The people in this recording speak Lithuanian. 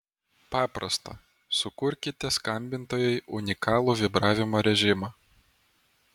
paprasta sukurkite skambintojui unikalų vibravimo režimą